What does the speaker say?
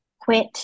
quit